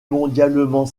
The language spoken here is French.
mondialement